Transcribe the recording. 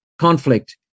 conflict